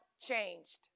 changed